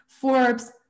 Forbes